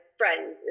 friends